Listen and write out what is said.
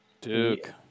Duke